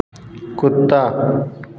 कुत्ता